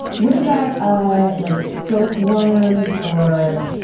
what about ah like silkworms, or,